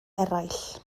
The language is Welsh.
eraill